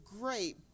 great